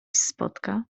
spotka